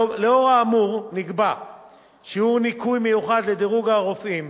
לאור האמור נקבע שיעור ניכוי מיוחד לדירוג הרופאים,